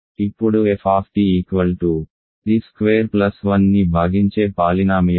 ఇప్పుడు f t square plus 1 ని భాగించే పాలినామియల్ లు ఏమిటి